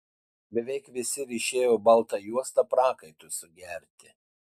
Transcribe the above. beveik visi ryšėjo baltą juostą prakaitui sugerti